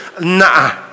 Nah